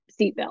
seatbelt